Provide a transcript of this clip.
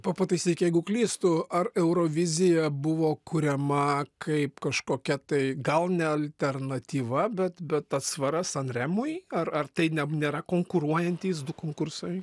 pa pataisyk jeigu klystu ar eurovizija buvo kuriama kaip kažkokia tai gal ne alternatyva bet bet atsvara san remui ar ar tai ne nėra konkuruojantys du konkursai